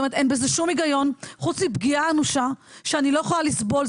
באמת אין בזה שום היגיון חוץ מפגיעה אנושה שאני לא יכולה לסבול.